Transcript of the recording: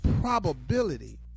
probability